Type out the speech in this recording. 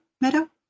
Meadow